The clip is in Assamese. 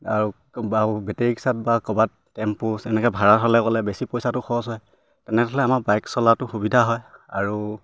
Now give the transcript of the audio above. আৰু বা বেটেৰী ৰিক্সাত বা ক'বাত টেম্পু এনেকে ভাড়া হ'লে গ'লে বেছি পইচাটো খৰচ হয় তেনেহ'লে আমাৰ বাইক চলাটো সুবিধা হয় আৰু